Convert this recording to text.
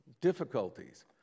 difficulties